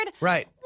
Right